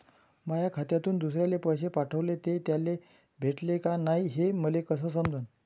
माया खात्यातून दुसऱ्याले पैसे पाठवले, ते त्याले भेटले का नाय हे मले कस समजन?